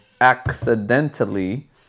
accidentally